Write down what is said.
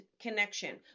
connection